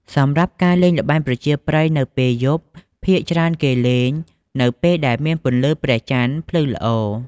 សម្រាប់ការលេងល្បែងប្រជាប្រិយនៅពេលយប់ភាគច្រើនគេលេងនៅពេលដែលមានពន្លឺព្រះចន្ទភ្លឺល្អ។